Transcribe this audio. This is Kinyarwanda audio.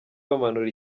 bamanura